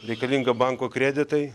reikalinga banko kreditai